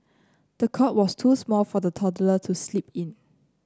the cot was too small for the toddler to sleep in